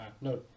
No